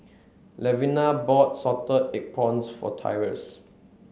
Levina bought salted egg prawns for Tyrus